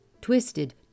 twisted